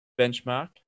benchmark